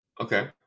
Okay